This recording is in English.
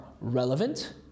relevant